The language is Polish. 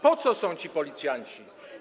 Po co są ci policjanci?